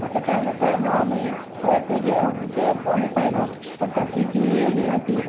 मग त्याच्यानुसार मग आम्ही त ते घे ते आम्ही पाहिलं पण त्याची जी हे होती